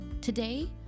Today